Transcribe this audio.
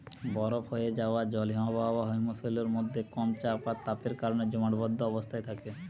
বরফ হোয়ে যায়া জল হিমবাহ বা হিমশৈলের মধ্যে কম চাপ আর তাপের কারণে জমাটবদ্ধ অবস্থায় থাকে